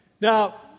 Now